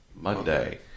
Monday